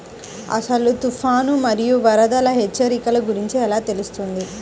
అసలు తుఫాను మరియు వరదల హెచ్చరికల గురించి ఎలా తెలుస్తుంది?